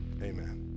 Amen